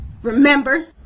Remember